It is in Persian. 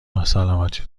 ناسلامتی